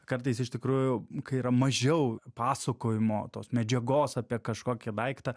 kartais iš tikrųjų kai yra mažiau pasakojimo tos medžiagos apie kažkokį daiktą